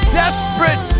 desperate